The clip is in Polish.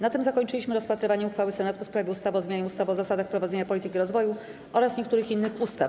Na tym zakończyliśmy rozpatrywanie uchwały Senatu w sprawie ustawy o zmianie ustawy o zasadach prowadzenia polityki rozwoju oraz niektórych innych ustaw.